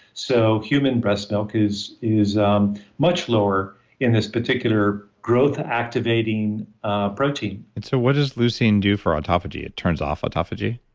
so, human breast milk is is um much lower in this particular growth activating a protein and so, what does leucine do for autophagy? it turns off autophagy?